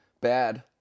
bad